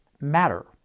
matter